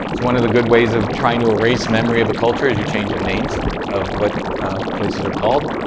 one of the good ways of trying to erase memory of a culture, is you change their names of what places are called.